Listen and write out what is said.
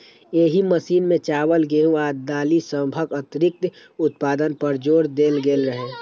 एहि मिशन मे चावल, गेहूं आ दालि सभक अतिरिक्त उत्पादन पर जोर देल गेल रहै